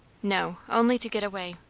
no only to get away.